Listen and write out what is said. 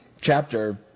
chapter